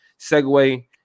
segue